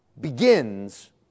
begins